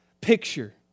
picture